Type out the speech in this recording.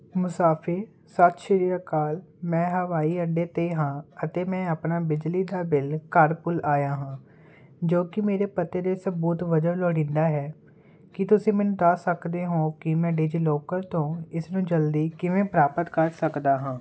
ਮੁਸਾਫੇ ਸਤਿ ਸ੍ਰੀ ਅਕਾਲ ਮੈਂ ਹਵਾਈ ਅੱਡੇ ਤੇ ਹਾਂ ਅਤੇ ਮੈਂ ਆਪਣਾ ਬਿਜਲੀ ਦਾ ਬਿਲ ਘਰ ਭੁੱਲ ਆਇਆ ਹਾਂ ਜੋ ਕੀ ਮੇਰੇ ਪਤੇ ਦੇ ਸਬੂਤ ਵਜੋਂ ਲੋੜੀਂਦਾ ਹੈ ਕੀ ਤੁਸੀਂ ਮੈਨੂੰ ਦੱਸ ਸਕਦੇ ਹੋ ਕੀ ਮੈਂ ਡੀਜੀ ਲੋਕਰ ਤੋਂ ਇਸ ਨੂੰ ਜਲਦੀ ਕਿਵੇਂ ਪ੍ਰਾਪਤ ਕਰ ਸਕਦਾ ਹਾਂ